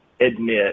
admit